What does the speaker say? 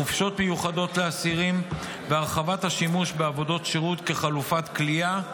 חופשות מיוחדות לאסירים והרחבה של השימוש בעבודות שירות כחלופת כליאה,